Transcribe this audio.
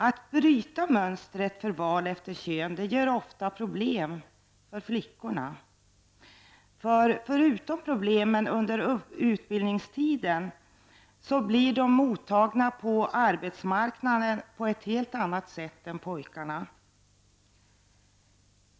Att bryta mönstret för val efter kön ger ofta problem för flickorna. Förutom problemen under utbildningstiden blir mottagandet på arbetsmarknaden helt annorlunda än för pojkarna.